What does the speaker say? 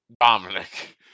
Dominic